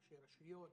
ראשי רשויות